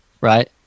Right